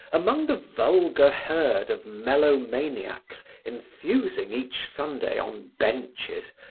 among the vulgar herd of melomaniacs enthusing each sunday on benches,